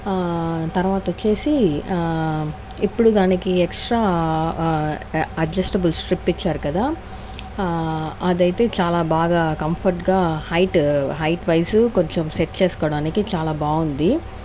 తర్వాత వచ్చేసి ఇప్పుడు దానికి ఎక్స్ట్రా అడ్జస్ట్టబుల్ స్ట్రిప్ ఇచ్చారు కదా అదైతే చాలా బాగా కంఫర్ట్ గా హైట్ హైట్ వైస్ కొంచెం సెట్ చేసుకోవడానికి చాలా బాగుంది